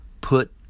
put